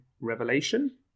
Revelation